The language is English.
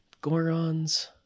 goron's